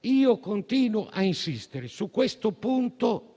Io continuo a insistere e su questo punto